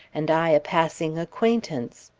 and i a passing acquaintance?